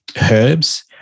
herbs